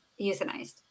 euthanized